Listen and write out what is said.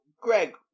Greg